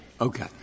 Okay